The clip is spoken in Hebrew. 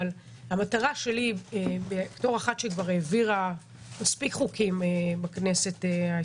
אבל המטרה שלי בתור אחת שכבר העבירה מספיק חוקים